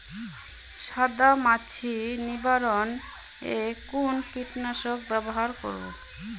সাদা মাছি নিবারণ এ কোন কীটনাশক ব্যবহার করব?